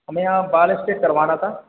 हमें यहाँ बाल स्ट्रेट करवाना था